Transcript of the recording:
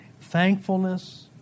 thankfulness